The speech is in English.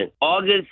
August